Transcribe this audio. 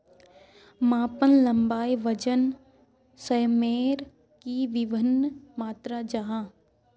मापन लंबाई वजन सयमेर की वि भिन्न मात्र जाहा?